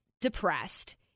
depressed